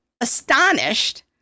astonished